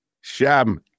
Sham